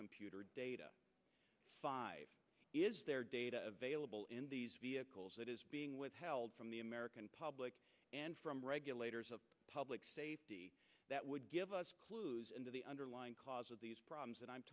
computer data five is there data available in these vehicles that is being withheld from the american public and from regulators a public that would give us clues into the underlying cause of these problems and i'm